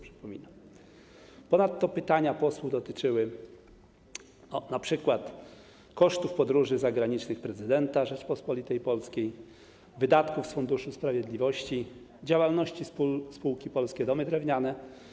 Ponadto pytania posłów dotyczyły np. kosztów podróży zagranicznych prezydenta Rzeczypospolitej Polskiej, wydatków z Funduszu Sprawiedliwości, działalności spółki Polskie Domy Drewniane.